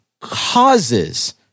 causes